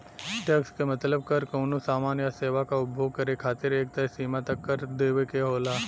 tax क मतलब कर कउनो सामान या सेवा क उपभोग करे खातिर एक तय सीमा तक कर देवे क होला